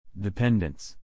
Dependence